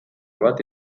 bat